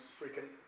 freaking